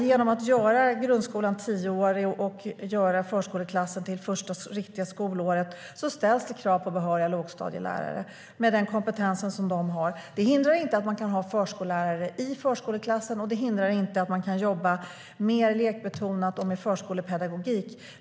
Genom att göra grundskolan tioårig och göra förskoleklassen till det första riktiga skolåret ställs det krav på att det ska finnas behöriga lågstadielärare med den kompetens de har. Det hindrar inte att man kan ha förskollärare i förskoleklassen, och det hindrar inte att man kan jobba mer lekbetonat och med förskolepedagogik.